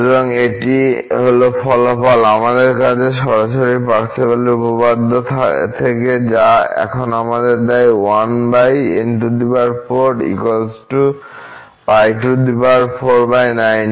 সুতরাং এটি হল ফলাফল আমাদের কাছে সরাসরি পার্সেভালের উপপাদ্য থেকে যা এখন আমাদের দেয় 1n4 π490